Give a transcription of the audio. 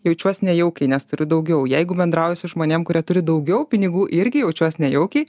jaučiuos nejaukiai nes turiu daugiau jeigu bendrauju su žmonėm kurie turi daugiau pinigų irgi jaučiuos nejaukiai